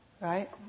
Right